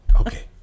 Okay